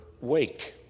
wake